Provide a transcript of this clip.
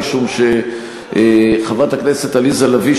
משום שחברת הכנסת עליזה לביא,